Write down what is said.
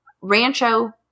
Rancho